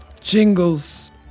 Jingles